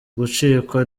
gucikwa